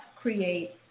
create